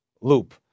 loop